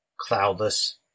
cloudless